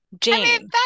jane